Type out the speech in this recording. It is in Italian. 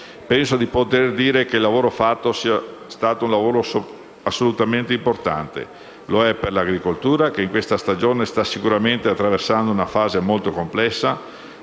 Penso di poter dire che il lavoro fatto sia stato assolutamente importante. Lo è per l'agricoltura, che in questa stagione sta sicuramente attraversando una fase molto complessa,